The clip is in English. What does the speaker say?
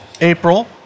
April